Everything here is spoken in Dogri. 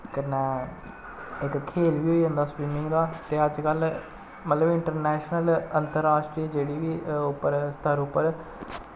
कन्नै इक खेल बी होई जंदा स्विमिंग दा ते अज्जकल मतलब इंट्रनैशनल अंतराश्ट्री जेह्ड़ी बी उप्पर स्तर उप्पर